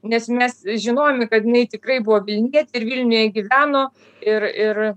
nes mes žinojome kad jinai tikrai buvo vilnietė ir vilniuje gyveno ir ir